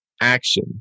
action